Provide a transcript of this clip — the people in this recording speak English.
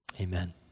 Amen